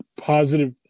positive